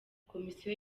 komisiyo